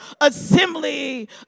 assembly